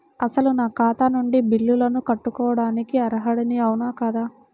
అసలు నా ఖాతా నుండి బిల్లులను కట్టుకోవటానికి అర్హుడని అవునా కాదా?